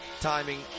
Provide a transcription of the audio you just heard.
timing